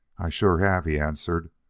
i sure have, he answered.